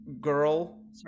girl